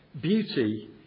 Beauty